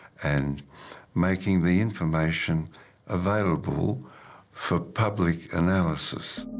and making the information available for public analysis.